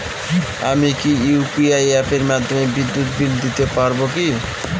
আমি কি ইউ.পি.আই অ্যাপের মাধ্যমে বিদ্যুৎ বিল দিতে পারবো কি?